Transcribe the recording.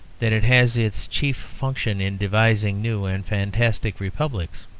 that it has its chief function in devising new and fantastic republics.